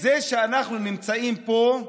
זה שאנחנו נמצאים פה,